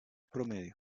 promedio